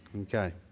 Okay